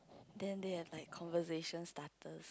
then they have like conversation starters